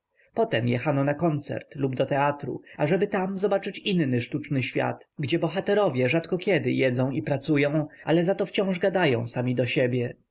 potem jechano na koncert lub do teatru ażeby tam zobaczyć inny sztuczny świat gdzie bohaterowie rzadko kiedy jedzą i pracują ale za to wciąż gadają sami do siebie